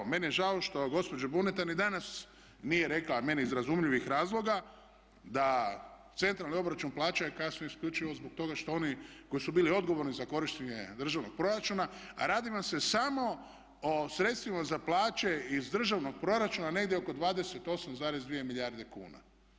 Evo, meni je žao što gospođa Buneta ni danas nije rekla, a meni iz razumljivih razloga, da COP je kasnio isključivo zbog toga što oni koji su bili odgovorni za korištenje državnog proračuna, a radi vam se samo o sredstvima za plaće iz državnog proračuna negdje oko 28,2 milijarde kuna.